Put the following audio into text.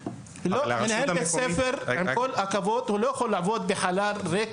מנהל בית הספר לא יכול לעבוד בחלל ריק,